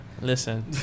Listen